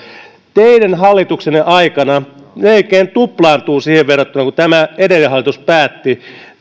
teidän hallituksenne aikana leikkaukset melkein tuplaantuvat siihen verrattuna mitä edellinen hallitus päätti